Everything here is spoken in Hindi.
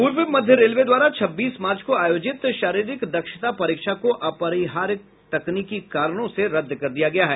पूर्व मध्य रेलवे द्वारा छब्बीस मार्च को आयोजित शारीरिक दक्षता परीक्षा को अपरिहार्य तकनीकी कारणों से रद्द कर दिया गया है